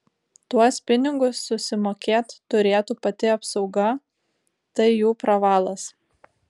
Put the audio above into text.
tuos pinigus susimokėt turėtų pati apsauga tai jų pravalas